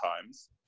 times